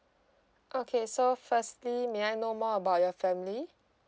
okay so firstly may I know more about your family